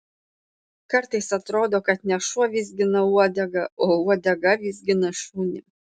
kartais atrodo kad ne šuo vizgina uodegą o uodega vizgina šunį